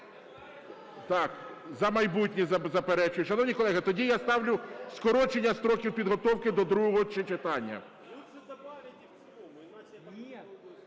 Так, "За майбутнє" заперечують. Шановні колеги, тоді я ставлю скорочення строків підготовки до другого читання.